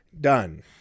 done